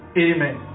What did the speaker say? Amen